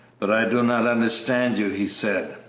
but i do not understand you, he said.